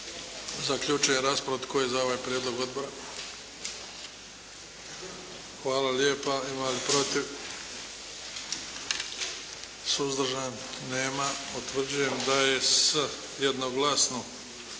Zaključujem raspravu. Tko je za ovaj Prijedlog odbora? Hvala. Ima li protiv? Nema. Suzdržani? Nema. Utvrđujem da je jednoglasno